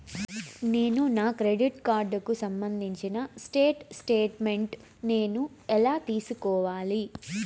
నేను నా క్రెడిట్ కార్డుకు సంబంధించిన స్టేట్ స్టేట్మెంట్ నేను ఎలా తీసుకోవాలి?